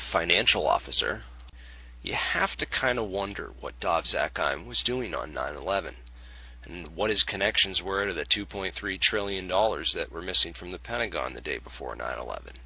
financial officer you have to kind of wonder what dov zakheim was doing on nine eleven and what his connections were to the two point three trillion dollars that were missing from the pentagon the day before nine eleven